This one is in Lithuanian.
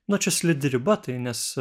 nu čia slidi riba tai nes